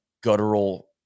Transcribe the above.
guttural